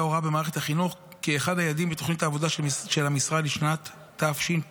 ההוראה במערכת החינוך כאחד היעדים בתוכנית העבודה של המשרד לשנת תשפ"ה.